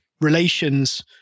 relations